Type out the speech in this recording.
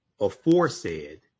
aforesaid